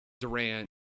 Durant